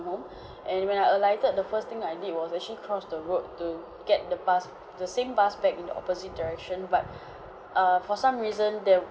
home and when I alighted the first thing I did was actually cross the road to get the bus the same bus back in the opposite direction but err for some reason there